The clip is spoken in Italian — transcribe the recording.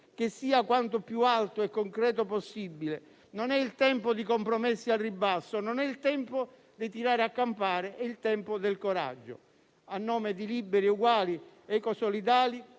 che sia quanto più alto e concreto possibile. Non è il tempo di compromessi al ribasso, non è il tempo di tirare a campare; è il tempo del coraggio. A nome di Liberi e Uguali-Ecosolidali,